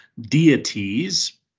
deities